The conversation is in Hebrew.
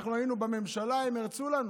כשאנחנו היינו בממשלה הם הרצו לנו,